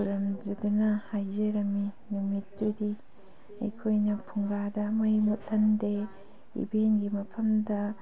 ꯈꯨꯔꯨꯝꯖꯗꯨꯅ ꯍꯥꯏꯖꯔꯝꯃꯤ ꯅꯨꯃꯤꯠꯇꯨꯗꯤ ꯑꯩꯈꯣꯏꯅ ꯐꯨꯡꯒꯥꯗ ꯃꯩ ꯃꯨꯠꯍꯟꯗꯦ ꯏꯕꯦꯟꯒꯤ ꯃꯐꯝꯗ